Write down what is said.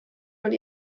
und